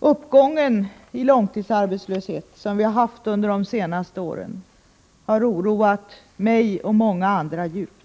Uppgången i långtidsarbetslöshet, som vi har haft under de senaste åren, har oroat mig och många andra djupt.